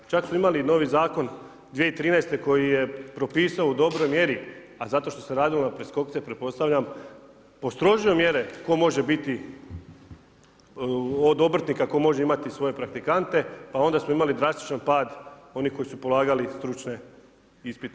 Čak su imali novi zakon 2013. koji je propisao u dobroj mjeri, a zato što se radilo na preskokce pretpostavljam, postrožio mjere tko može biti od obrtnika tko može imati svoje praktikante, pa onda smo imali drastičan pad onih koji su polagali strukovne ispite.